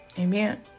Amen